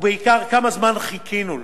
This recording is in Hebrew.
ובעיקר כמה זמן חיכינו לה,